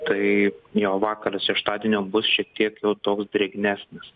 tai jo vakaras šeštadienio bus šiek tiek jau toks drėgnesnis